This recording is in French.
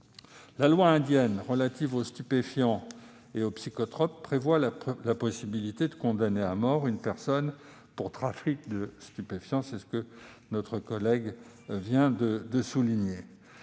la loi indienne relative aux stupéfiants et aux psychotropes prévoit la possibilité de condamner à mort une personne pour trafic de stupéfiants. Il faut toutefois espérer